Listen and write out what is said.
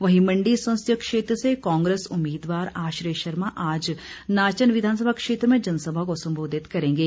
वहीं मंडी संसदीय क्षेत्र से कांग्रेस उम्मीदवार आश्रय शर्मा आज नाचन विधानसभा क्षेत्र में जनसभा को सम्बोधित करेंगे